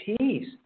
peace